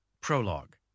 Prologue